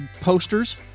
posters